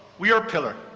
we are pillar.